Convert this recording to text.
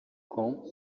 com